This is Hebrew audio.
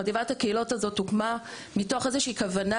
חטיבת הקהילות הזאת הוקמה מתוך איזושהי כוונה